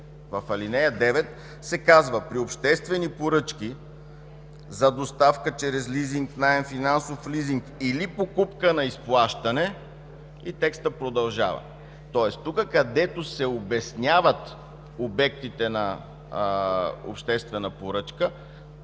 в ал. 9 се казва: „При обществени поръчки за доставка чрез лизинг, на финансов лизинг и покупка на изплащане...” и текстът продължава. Тоест тук, където се обясняват обектите на обществена поръчка,